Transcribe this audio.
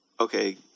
okay